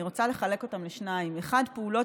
אני רוצה לחלק אותן לשניים: 1. פעולות